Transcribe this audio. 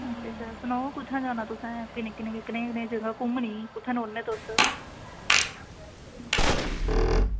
अच्छा अच्छा सनाओ कुत्थां जाना तुसें कनेही नेहीं जगह तुसें घुम्मनी ते कुत्थें रौह्ने तुस ते